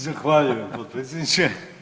Zahvaljujem potpredsjedniče.